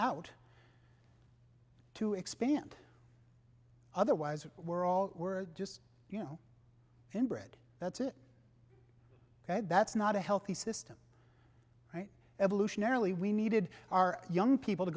out to expand otherwise we're all we're just you know inbred thats it that's not a healthy system evolutionarily we needed our young people to